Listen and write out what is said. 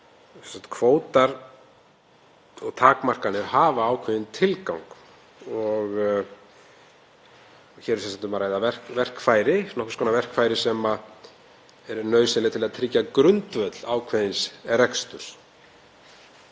Kvótar og takmarkanir hafa ákveðinn tilgang. Hér er sem sagt um að ræða nokkurs konar verkfæri sem er nauðsynlegt til að tryggja grundvöll ákveðins reksturs.